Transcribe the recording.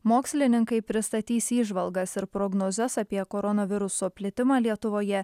mokslininkai pristatys įžvalgas ir prognozes apie koronaviruso plitimą lietuvoje